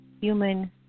human